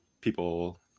people